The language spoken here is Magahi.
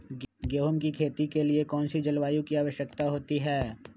गेंहू की खेती के लिए कौन सी जलवायु की आवश्यकता होती है?